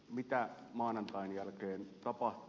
mitä maanantain jälkeen tapahtuu